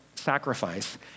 sacrifice